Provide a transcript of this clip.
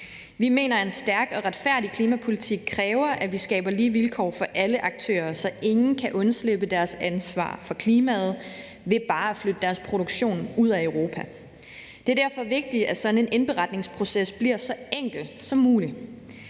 Vi mener, at en stærk og retfærdig klimapolitik kræver, at vi skaber lige vilkår for alle aktører, så ingen kan undslippe deres ansvar for klimaet ved bare at flytte deres produktion ud af Europa. Det er derfor vigtigt, at sådan en indberetningsproces bliver så enkel som muligt.